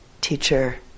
teacher